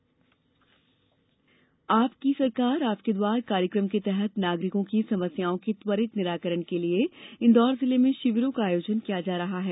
आपकी सरकार आपके द्वार आपकी सरकार आपके द्वार कार्यक्रम के तहत नागरिकों की समस्याओं के त्वरित निराकरण के लिए इंदौर जिले में षिविरों का आयोजन किया जा रहा है